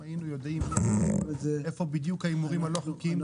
אם היינו יודעים איפה בדיוק ההימורים הלא חוקיים,